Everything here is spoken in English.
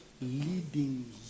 leading